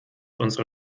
unsere